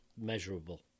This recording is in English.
measurable